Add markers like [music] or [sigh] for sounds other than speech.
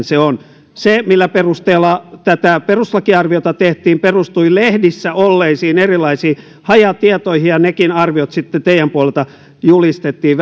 [unintelligible] se on se millä perusteella tätä perustuslakiarviota tehtiin perustui lehdissä olleisiin erilaisiin hajatietoihin ja nekin arviot sitten teidän puoleltanne julistettiin [unintelligible]